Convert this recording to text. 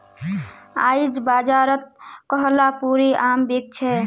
आईज बाजारत कोहलापुरी आम बिक छ